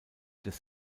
des